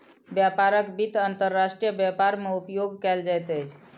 व्यापारक वित्त अंतर्राष्ट्रीय व्यापार मे उपयोग कयल जाइत अछि